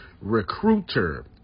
recruiter